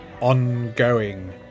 ongoing